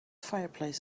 fireplace